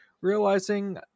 Realizing